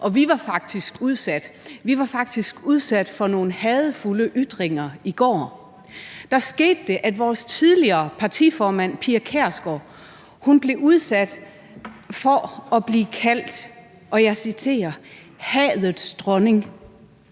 og vi var faktisk udsat for nogle hadefulde ytringer i går. Da skete det, at vores tidligere partiformand Pia Kjærsgaard blev udsat for at blive kaldt – og jeg citerer – hadets dronning.